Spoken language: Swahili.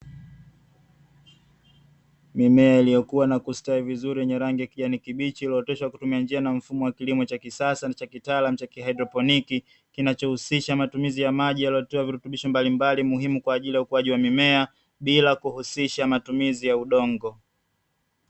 Mimea iliyokuwa na kustawi vizuri yenye rangi ya kijani kibichi, iliyooteshwa kutumia njia na mfumo wa kilimo cha kisasa na cha kitaalamu cha kihaidroponi, kinachohusisha matumizi ya maji yaliyotiwa virutubisho mbalimbali muhimu kwa ajili ya ukuaji wa mimea bila kuhusisha matumizi ya udongo.